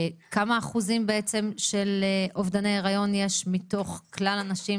כמה אחוזים של אובדני היריון יש מתוך כלל הנשים